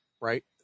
Right